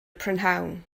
prynhawn